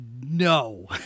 no